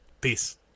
Peace